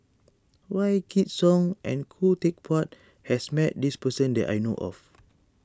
Wykidd Song and Khoo Teck Puat has met this person that I know of